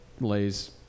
Lay's